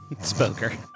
Spoker